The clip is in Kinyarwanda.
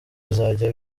bizajya